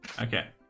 Okay